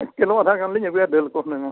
ᱮᱹᱠ ᱠᱤᱞᱳ ᱟᱫᱷᱟ ᱜᱟᱱ ᱞᱤᱧ ᱟᱹᱜᱩᱭᱟ ᱦᱩᱱᱟᱹᱝ ᱫᱟᱹᱞ ᱠᱚ ᱦᱩᱱᱟᱹᱝ